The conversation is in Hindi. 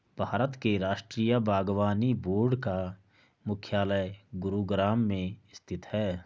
भारत के राष्ट्रीय बागवानी बोर्ड का मुख्यालय गुरुग्राम में स्थित है